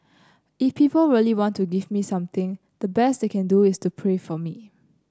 if people really want to give me something the best they can do is pray for me